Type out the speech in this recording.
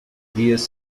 dias